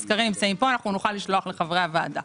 הם פה - נוכל לשלוח לוועדה,